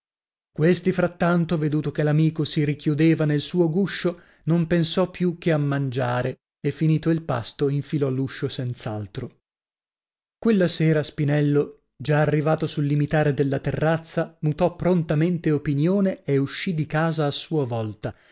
questi frattanto veduto che l'amico si richiudeva nel suo guscio non pensò più che a mangiare e finito il pasto infilò l'uscio senz'altro quella sera spinello già arrivato sul limitare della terrazza mutò prontamente opinione e uscì di casa a sua volta